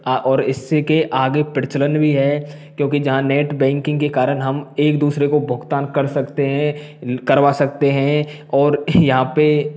और इससे के आगे प्रचलन भी है क्योंकि जहाँ नेट बैंकिंग के कारण हम एक दूसरे को भुगतान कर सकते हैं करवा सकते हैं और यहाँ पे